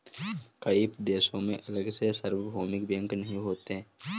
कई देशों में अलग से सार्वभौमिक बैंक नहीं होते